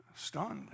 Stunned